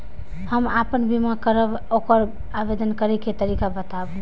हम आपन बीमा करब ओकर आवेदन करै के तरीका बताबु?